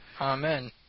Amen